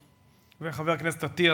וחבר הכנסת אטיאס,